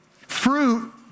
fruit